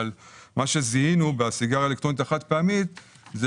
אבל מה שזיהינו בסיגריה האלקטרונית החד פעמית זה